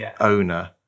owner